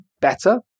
better